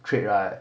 trade right